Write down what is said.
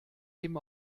eben